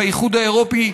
ובאיחוד האירופי,